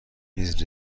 میز